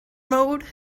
mode